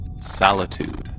Solitude